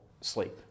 sleep